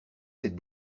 cette